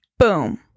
Boom